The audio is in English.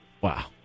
Wow